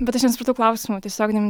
bet aš nesupratau klausimo tiesioginiame